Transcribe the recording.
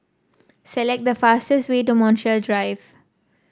select the fastest way to Montreal Drive